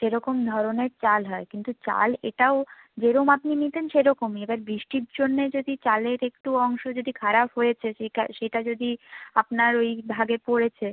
সেরকম ধরনের চাল হয় কিন্তু চাল এটাও যেরম আপনি নিতেন সে রকমই এবার বৃষ্টির জন্যে যদি চালের একটু অংশ যদি খারাপ হয়েছে সেকা সেটা যদি আপনার ওই ভাগে পড়েছে